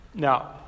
Now